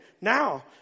Now